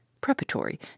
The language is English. preparatory